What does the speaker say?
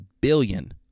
billion